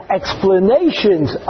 explanations